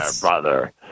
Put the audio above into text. brother